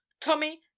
tommy